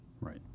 right